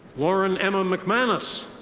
lauren emma mcmanus.